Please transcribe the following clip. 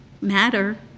Matter